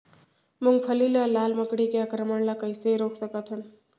मूंगफली मा लाल मकड़ी के आक्रमण ला कइसे रोक सकत हन?